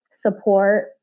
support